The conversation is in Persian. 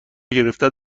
گرفتن